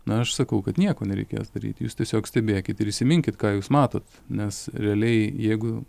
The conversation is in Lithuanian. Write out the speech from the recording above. na aš sakau kad nieko nereikės daryt jūs tiesiog stebėkit prisiminkit ką jūs matot nes realiai jeigu